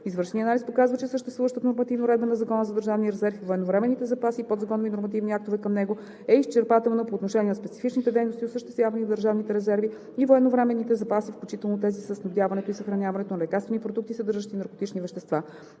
Извършеният анализ показва, че съществуващата нормативна уредба на Закона за държавните резерви и военновременните запаси и подзаконовите нормативните актове към него е изчерпателна по отношение на специфичните дейности, осъществявани в държавните резерви и военновременните запаси, включително тези със снабдяването и съхраняването на лекарствени продукти, съдържащи наркотични вещества.